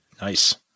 Nice